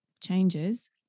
changes